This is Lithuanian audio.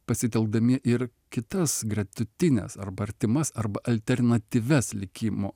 pasitelkdami ir kitas gretutines arba artimas arba alternatyvias likimo